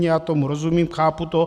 Já tomu rozumím, chápu to.